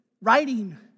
writing